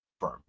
firm